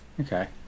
Okay